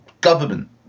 government